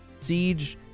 Siege